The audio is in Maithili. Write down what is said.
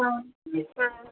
हँ